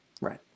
Right